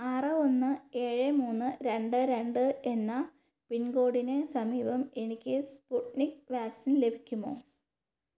ആറ് ഒന്ന് ഏഴ് മൂന്ന് രണ്ട് രണ്ട് എന്ന പിൻകോഡിന് സമീപം എനിക്ക് സ്പുട്നിക് വാക്സിൻ ലഭിക്കുമോ